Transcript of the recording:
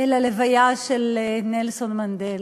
ללוויה של נלסון מנדלה.